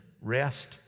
rest